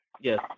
Yes